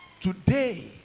Today